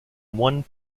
one